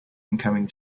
incoming